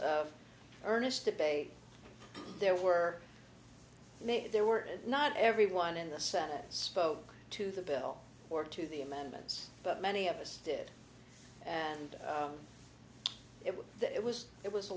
of earnest debate there were many there were and not everyone in the senate spoke to the bill or to the amendments but many of us did and it was it was it was a